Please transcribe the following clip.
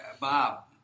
Bob